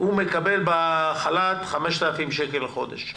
הוא מקבל בחל"ת 5,000 שקל לחודש,